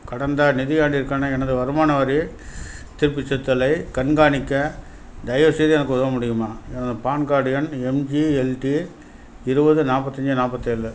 கடந்த நிதியாண்டிற்கான எனது வருமான வரி திருப்பிச் செலுத்துதலைக் கண்காணிக்க தயவுசெய்து எனக்கு உதவ முடியுமா எனது பான் கார்டு எண் எம்ஜிஎல்டி இருபது நாற்பத்தஞ்சி நாப்பத்தேழு